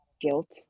guilt